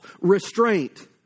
restraint